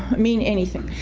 mean anything.